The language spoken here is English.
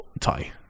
tie